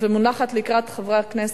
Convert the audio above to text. לפני חברי הכנסת,